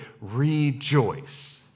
rejoice